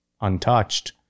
untouched